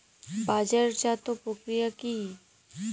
বাজারজাতও প্রক্রিয়া কি?